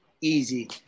easy